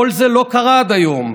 כל זה לא קרה עד היום.